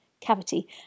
cavity